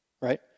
right